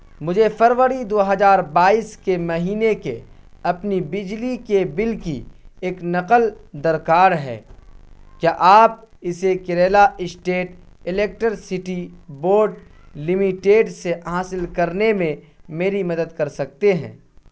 مجھے فروری دو ہزار بائیس کے مہینے کے اپنی بجلی کے بل کی ایک نقل درکار ہے کیا آپ اسے Kerala state electricity board limited سے حاصل کرنے میں میری مدد کر سکتے ہیں